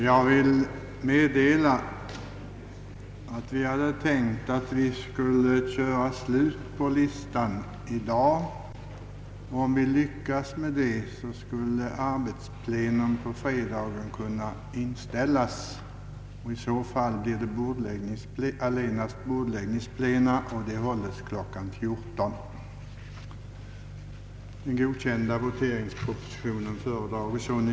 Jag vill meddela att jag har för avsikt att fortsätta dagens plenum till dess samtliga ärenden på föredragningslistan behandlats. Under denna förutsättning skulle fredagens arbetsplenum kunna inställas. I stället hålles allenast bordläggningsplenum kl. 14.00.